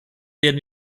werden